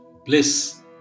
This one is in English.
Bliss